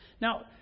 Now